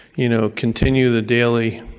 you know, continue the daily